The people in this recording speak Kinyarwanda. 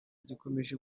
gikomeje